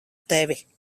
tevi